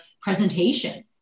presentation